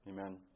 Amen